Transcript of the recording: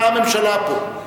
אתה הממשלה פה.